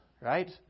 right